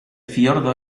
fiordo